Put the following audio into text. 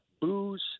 booze